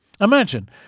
Imagine